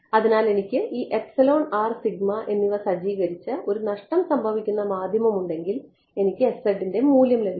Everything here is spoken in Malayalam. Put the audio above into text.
അതിനാൽ എനിക്ക് ഈ എപ്സിലോൺ r സിഗ്മ എന്നിവ സജ്ജീകരിച്ച ഒരു നഷ്ടം സംഭവിക്കുന്ന മാധ്യമം ഉണ്ടെങ്കിൽ എനിക്ക് ന്റെ മൂല്യം ലഭിക്കും